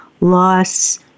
loss